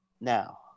Now